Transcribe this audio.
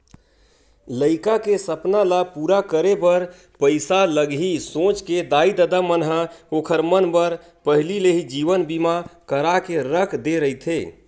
लइका के सपना ल पूरा करे बर पइसा लगही सोच के दाई ददा मन ह ओखर मन बर पहिली ले ही जीवन बीमा करा के रख दे रहिथे